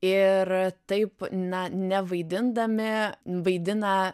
ir taip na nevaidindami vaidina